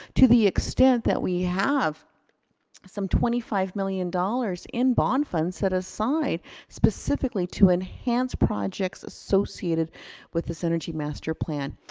to the extent that we have some twenty five million dollars in bond funds set aside specifically to enhance projects associated with this energy master plan.